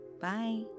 bye